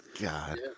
god